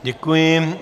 Děkuji.